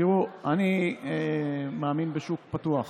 תראו, אני מאמין בשוק פתוח,